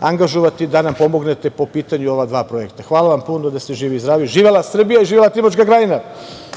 angažovati da nam pomognete po pitanju ova dva projekta. Hvala vam puno. Da ste živi i zdravi. Živela Srbija i živela Timočka Krajina.